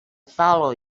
follow